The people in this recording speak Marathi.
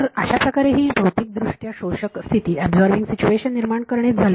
तर अशाप्रकारे ही भौतिकदृष्ट्या शोषक स्थिती निर्माण करणेच झाले